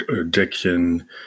addiction